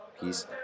Peace